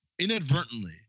inadvertently